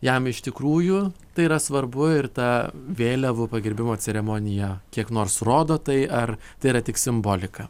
jam iš tikrųjų tai yra svarbu ir ta vėliavų pagerbimo ceremonija kiek nors rodo tai ar tai yra tik simbolika